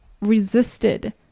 resisted